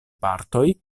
partoj